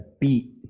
beat